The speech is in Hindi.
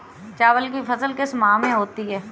चावल की फसल किस माह में होती है?